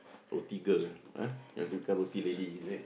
roti girl ah you want to be roti lady is it